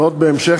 וזאת בהמשך